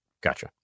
Gotcha